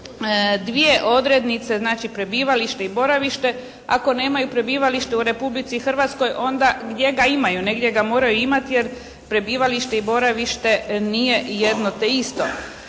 dvije odrednice znači prebivalište i boravište. Ako nemaju prebivalište u Republici Hrvatskoj onda gdje ga imaju? Negdje ga moraju imati jer prebivalište i boravište nije jedno te isto.